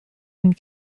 and